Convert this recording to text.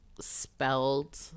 spelled